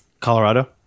Colorado